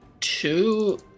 two